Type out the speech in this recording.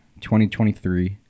2023